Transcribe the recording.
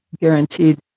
guaranteed